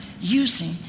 using